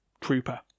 Trooper